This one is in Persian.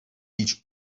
هیچ